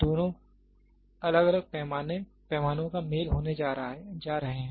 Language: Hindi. दोनों अलग अलग पैमानों का मेल होने जा रहे हैं